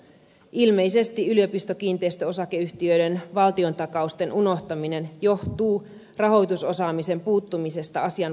ilmeisesti yliopistokiinteistöosakeyhtiöiden valtiontakausten unohtaminen johtuu rahoitusosaamisen puuttumisesta asian valmistelussa